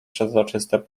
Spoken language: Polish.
przezroczyste